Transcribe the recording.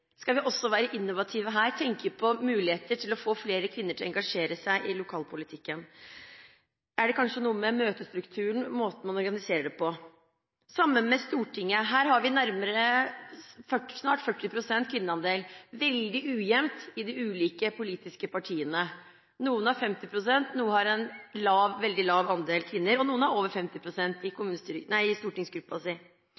Skal vi også være innovative her, tenke på muligheter for å få flere kvinner til å engasjere seg i lokalpolitikken? Er det kanskje noe med møtestrukturen og måten man organiserer det på? Det samme gjelder Stortinget. Her har vi en kvinneandel på snart 40 pst. – veldig ujevnt fordelt i de ulike politiske partiene. Noen har 50 pst., noen har en veldig lav andel kvinner, og noen har over 50 pst. i